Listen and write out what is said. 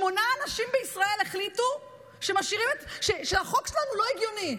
שמונה אנשים בישראל החליטו שהחוק שלנו לא הגיוני.